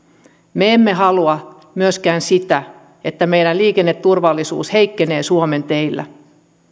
me emme halua myöskään sitä että liikenneturvallisuus heikkenee suomen teillä